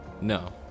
No